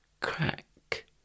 crack